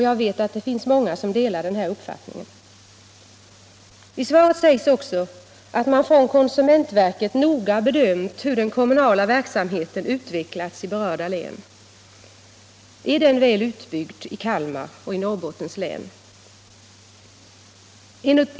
Jag vet också att många delar denna uppfattning. I svaret sägs vidare att konsumentverket noga bedömt hur den kommunala verksamheten utvecklats i berörda län. Är den väl utbyggd i Kalmar och Norrbottens län?